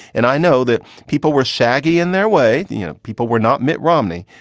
and i know that people were shaggy in their way. you know, people were not mitt romney,